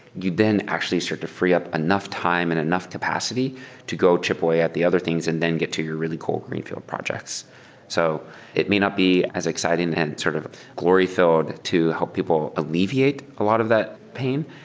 you then actually start to free up enough time and enough capacity to go chip away at the other things and then get to your really cool greenfield projects so it may not be as exciting and sort of glory filled to help people alleviate a lot of that pain,